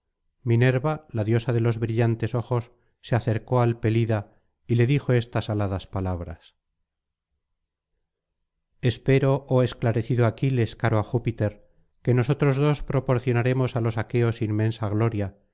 minerva la diosa de los brillantes ojos se acercó al pelida y le dijo estas aladas palabras espero oh esclarecido aquiles caro á júpiter que nosotros dos proporcionaremos á los aqueos inmensa gloria